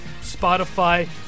Spotify